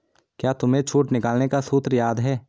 क्या तुम्हें छूट निकालने का सूत्र याद है?